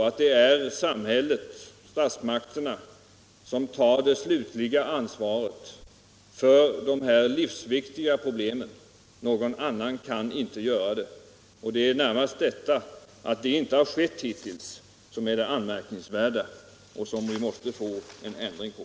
Det måste vara samhället — statsmakterna — som tar det slutliga an Nr 25 svaret för de här livsviktiga problemen. Någon annan kan inte göra det. Torsdagen den Det är att detta inte skett hittills som är det anmärkningsvärda, och 11 november 1976 som vi måste få en ändring av.